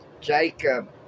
Jacob